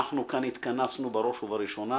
התכנסנו כאן בראש ובראשונה